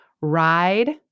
ride